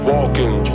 Walking